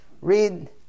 read